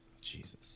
Jesus